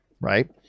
right